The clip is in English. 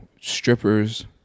Strippers